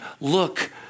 look